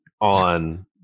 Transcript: on